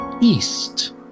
east